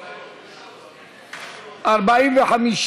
כהן-פארן,